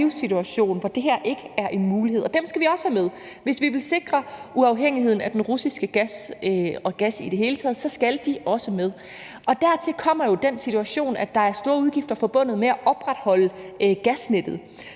hvor det her ikke er en mulighed, og dem skal vi også have med. Hvis vi vil sikre uafhængigheden af den russiske gas – og gas i det hele taget – så skal de også med. Og dertil kommer jo den situation, at der er store udgifter forbundet med at opretholde gasnettet,